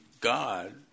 God